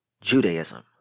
Judaism